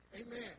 Amen